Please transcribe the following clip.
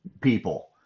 people